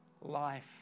life